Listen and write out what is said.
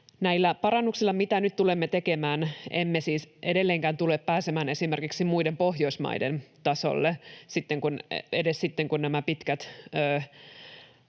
Näillä parannuksilla, mitä nyt tulemme tekemään, emme siis edelleenkään tule pääsemään esimerkiksi muiden Pohjoismaiden tasolle. Sittenkin, kun nämä pitkät